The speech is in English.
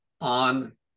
on